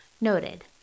Noted